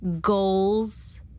goals